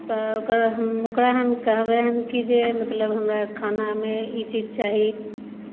तऽ ओकर हम ओकरा हम कहबै हन कि जे मतलब हमरा खानामे ई चीज चाही